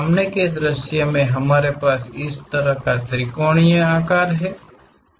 सामने के दृश्य में हमारे पास इस तरह का त्रिकोणीय आकार है